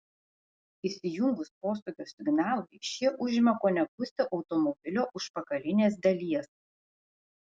įsijungus posūkio signalui šie užima kone pusę automobilio užpakalinės dalies